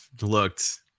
looked